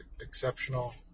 exceptional